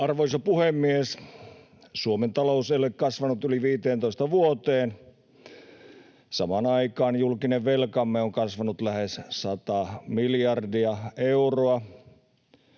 Arvoisa puhemies! Suomen talous ei ole kasvanut yli 15 vuoteen. Samaan aikaan julkinen velkamme on kasvanut lähes sata miljardia euroa.